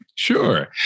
Sure